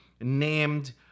named